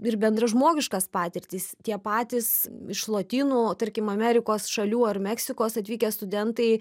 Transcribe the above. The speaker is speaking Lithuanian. ir bendražmogiškas patirtis tie patys iš lotynų tarkim amerikos šalių ar meksikos atvykę studentai